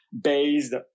based